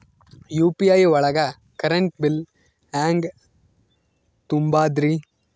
UPI ಒಳಗ current bill ಹೆಂಗ್ ತುಂಬದ್ರಿ?